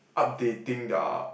updating their